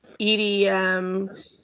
EDM